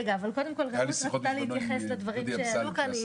אבל קודם כול רעות אופק רצתה להתייחס לדברים שעלו כאן.